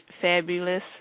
Fabulous